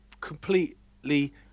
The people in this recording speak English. completely